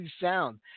sound